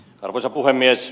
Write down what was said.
arvoisa puhemies